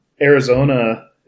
Arizona